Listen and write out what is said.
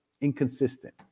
inconsistent